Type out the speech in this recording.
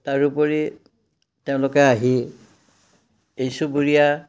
তাৰোপৰি তেওঁলোকে আহি এই চুবুৰীয়া